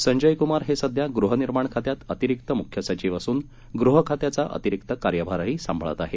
संजय कुमार हे सध्या गृह निर्माण खात्यात अतिरिक्त मुख्य सचीव असून गृह खात्याचा अतिरिक्त कार्यभारही सांभाळत आहेत